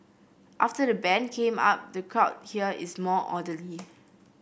after the ban came up the crowd here is more orderly